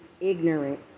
ignorant